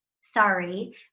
sorry